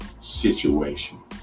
situation